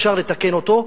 אפשר לתקן אותו.